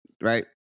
right